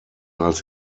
als